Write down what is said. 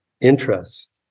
interest